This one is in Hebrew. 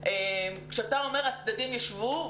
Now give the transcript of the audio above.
שלום, יישר כוח על